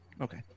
Okay